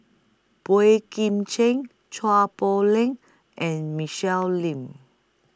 Boey Kim Cheng Chua Poh Leng and Michelle Lim